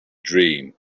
dream